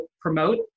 promote